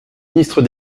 ministre